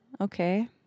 Okay